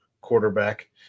quarterback